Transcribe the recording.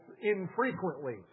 infrequently